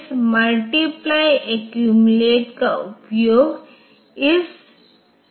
और सॉफ्टवेयर मैं आप n के विभिन्न मूल्य के बीच अंतर करेंगे